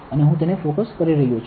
અને હું તેને ફોકસ કરી રહ્યો છું